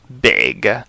big